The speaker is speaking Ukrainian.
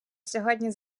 сьогодні